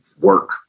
work